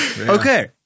Okay